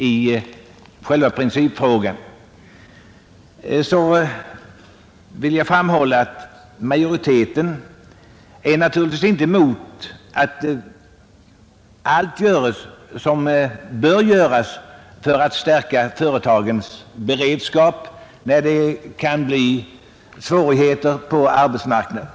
I själva principfrågan vill jag framhålla att utskottsmajoriteten naturligtvis inte är emot att allt göres som bör göras för att stärka företagens beredskap att möta svårigheter på arbetsmarknaden.